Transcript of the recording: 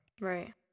right